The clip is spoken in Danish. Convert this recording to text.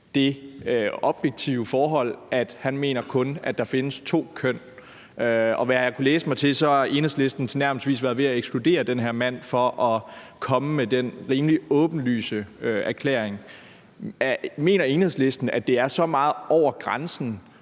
det objektive forhold, at han mener, at der kun findes to køn, og af det, jeg har kunnet læse mig til, har Enhedslisten tilnærmelsesvis været ved at ekskludere den her mand for at komme med den rimelig åbenlyse erklæring. Mener Enhedslisten, at det er så meget over grænsen